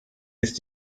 ist